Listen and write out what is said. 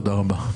תודה רבה.